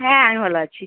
হ্যাঁ আমি ভালো আছি